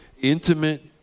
intimate